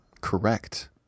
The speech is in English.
Correct